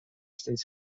states